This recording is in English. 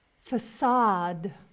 Facade